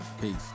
Peace